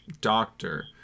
doctor